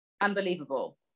unbelievable